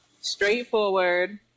straightforward